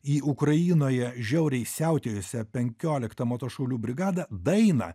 į ukrainoje žiauriai siautėjusią penkioliktą moto šaulių brigadą dainą